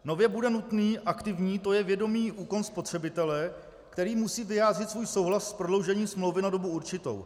Nově bude nutný aktivní, to je vědomý úkon spotřebitele, který musí vyjádřit svůj souhlas s prodloužením smlouvy na dobu určitou.